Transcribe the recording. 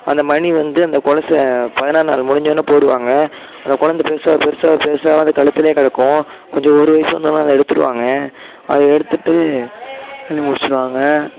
அந்த மணி வந்து அந்த கொலுசை பதினாறு நாள் முடிஞ்ச ஒடன போடுவாங்க அந்த கொழந்தை பெருசாக பெருசாக பெருசாக அது கழுத்துலேயே கிடக்கும் கொஞ்சம் ஒரு வயது வந்தோடன அதை எடுத்துடுவாங்க அதை எடுத்துவிட்டு பண்ணி முடிச்சுடுவாங்க